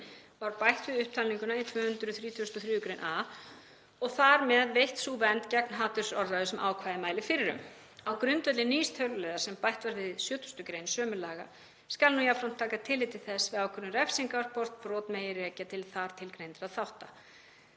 var bætt við upptalninguna í 233. gr. a og þar með veitt sú vernd gegn hatursorðræðu sem ákvæðið mælir fyrir um. Á grundvelli nýs töluliðar sem bætt var við 70. gr. sömu laga skal nú jafnframt taka tillit til þess við ákvörðun refsingar hvort brot megi rekja til þar til greindra þátta,